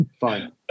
Fine